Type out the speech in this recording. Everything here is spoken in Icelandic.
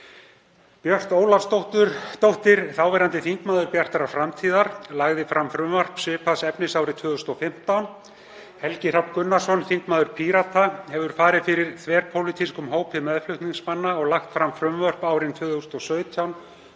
Björt Ólafsdóttir, sem þá var þingmaður Bjartrar framtíðar, lagði fram frumvarp svipaðs efnis árið 2015. Helgi Hrafn Gunnarsson, þingmaður Pírata, hefur farið fyrir þverpólitískum hópi meðflutningsmanna og lagt fram frumvörp árin 2017